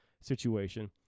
situation